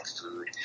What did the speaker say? food